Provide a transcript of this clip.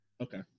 Okay